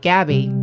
Gabby